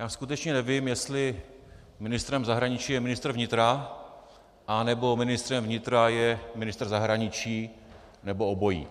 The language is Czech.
Já skutečně nevím, jestli ministrem zahraničí je ministr vnitra, nebo ministrem vnitra je ministr zahraničí, nebo obojí.